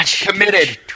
committed